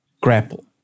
grapple